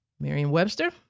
Merriam-Webster